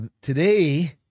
today